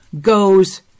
goes